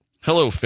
Hello